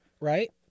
right